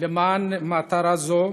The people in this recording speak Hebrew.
למען מטרה זו